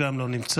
גם לא נמצא,